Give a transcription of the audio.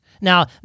Now